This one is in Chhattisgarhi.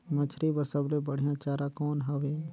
मछरी बर सबले बढ़िया चारा कौन हवय?